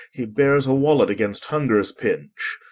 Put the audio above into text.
he bears a wallet against hunger's pinch.